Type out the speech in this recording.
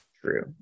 true